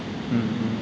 mmhmm